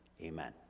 Amen